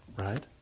right